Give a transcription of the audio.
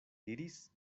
diris